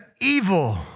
evil